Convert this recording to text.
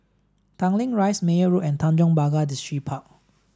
Tanglin Rise Meyer Road and Tanjong Pagar Distripark